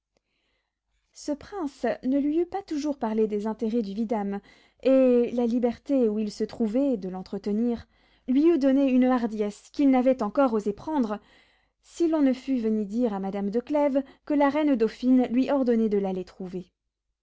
ce prince ne lui eût pas toujours parlé des intérêts du vidame et la liberté où il se trouvait de l'entretenir lui eût donné une hardiesse qu'il n'avait encore osé prendre si l'on ne fût venu dire à madame de clèves que la reine dauphine lui ordonnait de l'aller trouver